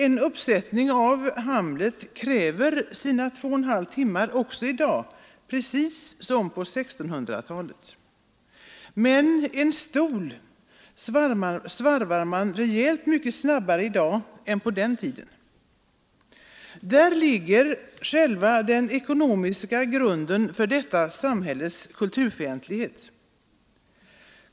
En uppsättning av Hamlet t.ex. kräver sina 2,5 timmar i dag lika väl som på 1600-talet. Men en stol svarvar man rejält mycket snabbare i dag än på den tiden. Här ligger själva den ekonomiska grunden för detta samhälles kulturfientlighet.